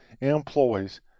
employees